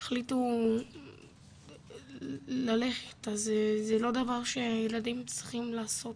החליטו ללכת, אז זה לא דבר שילדים צריכים לעשות,